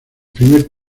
primer